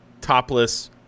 topless